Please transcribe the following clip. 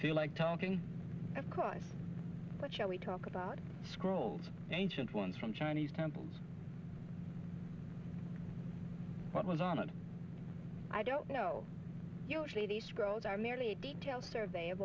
feel like talking of course but shall we talk about scrolls ancient ones from chinese temples what was on it i don't know usually these girls are merely a detail survey of